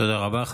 תודה רבה.